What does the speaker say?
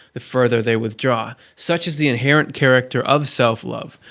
the further they withdraw. such is the inherent character of self-love,